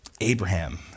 Abraham